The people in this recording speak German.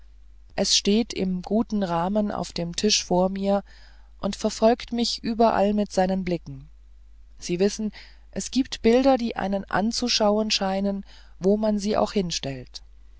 es steht im guten rahmen auf dem tisch vor mir und verfolgt mich überall mit seinen blicken sie wissen es gibt bilder die einen anzuschauen scheinen wo man sie auch hinstellt